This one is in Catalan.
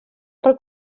per